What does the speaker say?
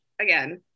again